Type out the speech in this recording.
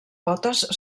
potes